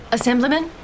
Assemblyman